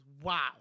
wow